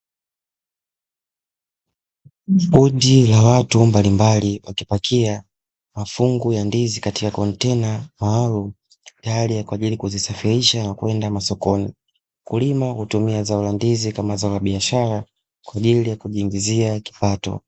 Kundi la watu mbalimbali wakipakia mafungu ya ndizi katika kontena maalumu, tayari kwa ajili ya kuzisafirisha kwenda masokoni. Wakulima hutumia zao la ndizi kama zao la biashara kwa ajili ya kujiingizia kipato.